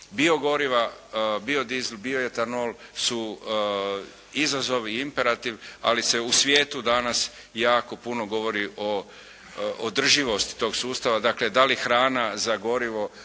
Biogoriva, biodizel, bioetanol su izazovi i imperativ, ali se u svijetu danas jako puno govori o održivosti tog sustava, dakle da li hrana za gorivu,